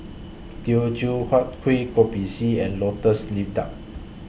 Teochew Huat Kuih Kopi C and Lotus Leaf Duck